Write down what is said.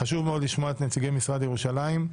חשוב מאוד לשמוע את נציגי המשרד לענייני ירושלים,